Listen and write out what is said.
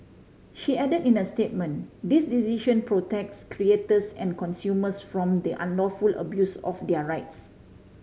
she added in a statement this decision protects creators and consumers from the unlawful abuse of their rights